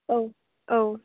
औ औ